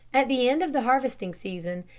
at the end of the harvesting season,